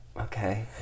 Okay